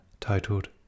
titled